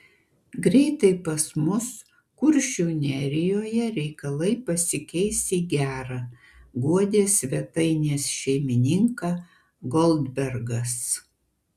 greitai pas mus kuršių nerijoje reikalai pasikeis į gera guodė svetainės šeimininką goldbergas